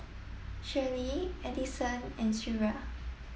Shirlie Edison and Shreya